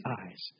eyes